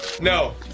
No